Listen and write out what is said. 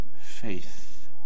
faith